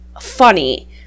funny